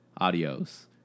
Adios